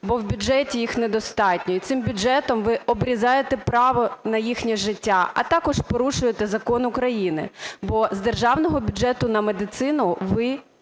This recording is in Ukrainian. бо в бюджеті їх недостатньо, і цим бюджетом ви обрізаєте право на їхнє життя, а також порушуєте закон України, бо з державного бюджету на медицину ви